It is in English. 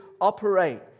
operate